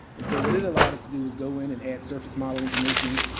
and so, what it allowed us to do was go in and add surface model information,